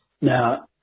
Now